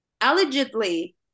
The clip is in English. allegedly